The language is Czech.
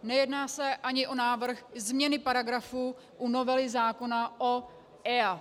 Nejedná se ani o návrh změny paragrafu u novely zákona o EIA.